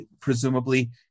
presumably